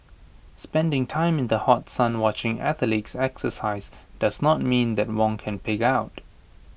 spending time in the hot sun watching athletes exercise does not mean that Wong can pig out